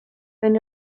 then